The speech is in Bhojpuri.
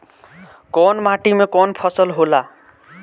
कवन माटी में कवन फसल हो ला?